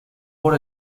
por